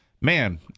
man